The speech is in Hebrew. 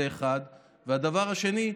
זה, 1. והדבר השני,